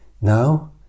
now